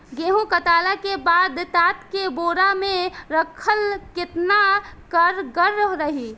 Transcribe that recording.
गेंहू कटला के बाद तात के बोरा मे राखल केतना कारगर रही?